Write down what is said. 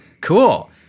Cool